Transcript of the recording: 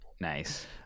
Nice